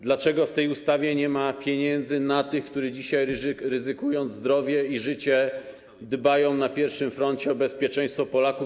Dlaczego w tej ustawie nie ma pieniędzy na tych, którzy dzisiaj, ryzykując zdrowie i życie, dbają na pierwszym froncie o bezpieczeństwo Polaków?